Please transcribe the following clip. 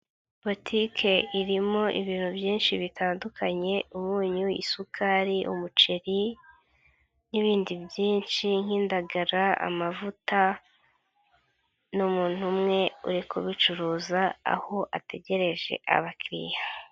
Butike irimo ibintu byinshi bitandukanye, umunyu, isukari, umuceri n'ibindi byinshi nk'indagara, amavuta n'umuntu umwe, uri kubicuruza aho ategereje abakiriya.